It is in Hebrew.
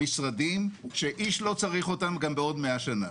למשרדים שאיש לא צריך אותם גם בעוד מאה שנה.